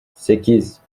sekiz